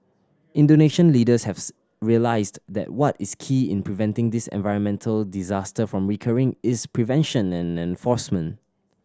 Indonesian leaders have realised that what is key in preventing this environmental disaster from recurring is prevention and enforcement